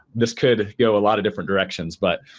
this could go a lot of different directions but